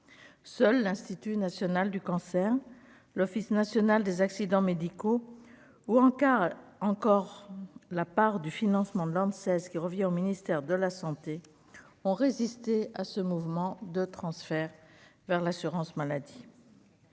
seul l'Institut national du cancer, l'Office national des accidents médicaux ou Ankara encore la part du financement de lancer ce qui revient au ministère de la santé ont résisté à ce mouvement de transfert vers l'assurance maladie.